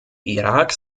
irak